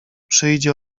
przyjdzie